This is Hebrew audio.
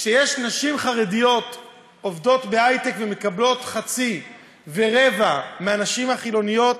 כשיש נשים חרדיות שעובדות בהיי-טק ומקבלות חצי ורבע מהנשים החילוניות,